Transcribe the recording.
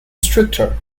stricter